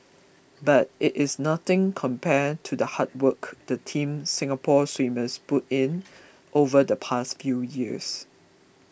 but it is nothing compared to the hard work the Team Singapore swimmers put in over the past few years